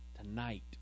tonight